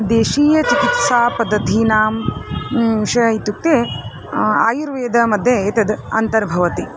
देशीय चिकित्सापद्धतीनां विषयः इत्युक्ते आयुर्वेदमध्ये एतद् अन्तर्भवति